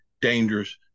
dangerous